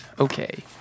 Okay